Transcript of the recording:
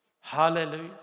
hallelujah